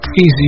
easy